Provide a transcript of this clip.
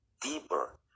deeper